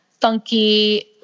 funky